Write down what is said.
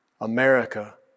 America